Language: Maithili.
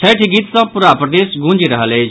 छठि गीत सँ पूरा प्रदेश गूंजि रहल अछि